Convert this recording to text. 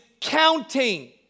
counting